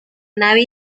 nave